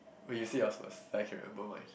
oh you see yours first I can remember mine